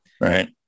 Right